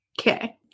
Okay